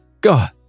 God